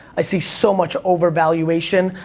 i see so much over-valuation,